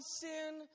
sin